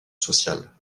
sociale